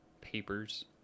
papers